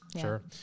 Sure